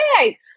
hey